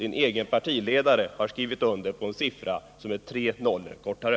Er egen partiledare har skrivit under på en siffra som är tre nollor kortare.